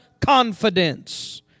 confidence